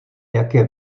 jaké